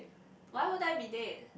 why would I be dead